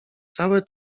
całe